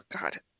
God